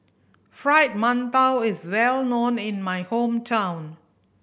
Fried Mantou is well known in my hometown